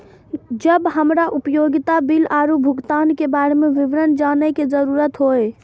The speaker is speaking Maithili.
जब हमरा उपयोगिता बिल आरो भुगतान के बारे में विवरण जानय के जरुरत होय?